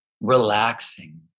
relaxing